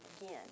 again